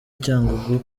cyangugu